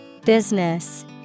Business